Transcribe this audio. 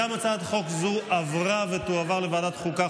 גם הצעת חוק זו עברה ותועבר לוועדת החוקה,